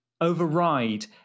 override